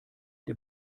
der